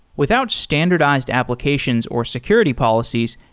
without standardized applications or security policies,